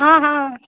हँ हँ